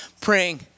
praying